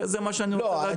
זה מה שאני רוצה להגיד.